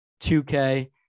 $2K